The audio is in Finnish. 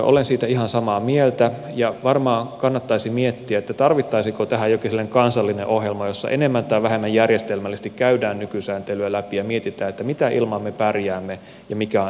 olen siitä ihan samaa mieltä ja varmaan kannattaisi miettiä tarvittaisiinko tähän jokin sellainen kansallinen ohjelma jossa enemmän tai vähemmän järjestelmällisesti käydään nykysääntelyä läpi ja mietitään mitä ilman me pärjäämme ja mikä on edelleen tarpeen